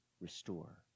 restore